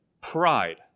pride